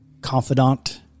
confidant